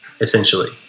essentially